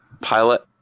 pilot